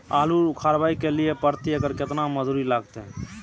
आलू उखारय के लिये प्रति एकर केतना मजदूरी लागते?